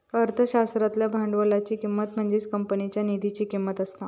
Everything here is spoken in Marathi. अर्थशास्त्रातल्या भांडवलाची किंमत म्हणजेच कंपनीच्या निधीची किंमत असता